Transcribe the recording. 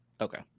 Okay